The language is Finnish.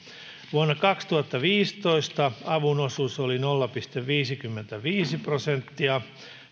vuonna kaksituhattaviisitoista avun osuus oli nolla pilkku viisikymmentäviisi prosenttia